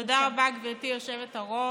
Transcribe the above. תודה רבה, גברתי היושבת-ראש.